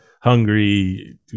hungry